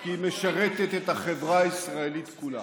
כי היא משרתת את החברה הישראלית כולה.